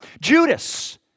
Judas